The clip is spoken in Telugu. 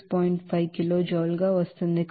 5 kilojoule గా వస్తుంది